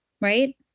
right